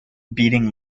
beating